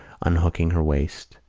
unhooking her waist.